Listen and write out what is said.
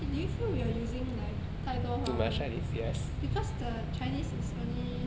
eh do you feel like we're using like 太多华文 because the chinese is only